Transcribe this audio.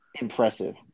impressive